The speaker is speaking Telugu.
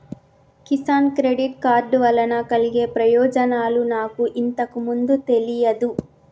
కిసాన్ క్రెడిట్ కార్డు వలన కలిగే ప్రయోజనాలు నాకు ఇంతకు ముందు తెలియదు